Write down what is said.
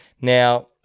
Now